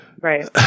right